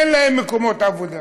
אין להם מקומות עבודה.